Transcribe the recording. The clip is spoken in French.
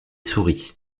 souris